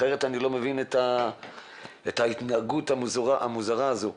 אחרת אני לא מבין את ההתנהגות המוזרה הזאת.